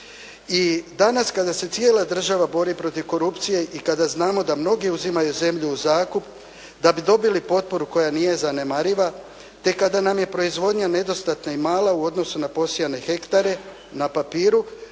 I danas kada se cijela država bori protiv korupcije i kada znamo da mnogi uzimaju zemlju u zakup da bi dobili potporu koja nije zanemariva te kada nam je proizvodnja nedostatna i mala u odnosu na posijane hektare na papiru